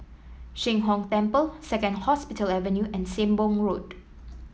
Sheng Hong Temple Second Hospital Avenue and Sembong Road